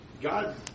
God